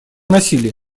насилия